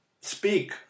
speak